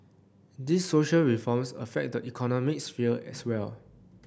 these social reforms affect the economy sphere as well